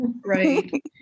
Right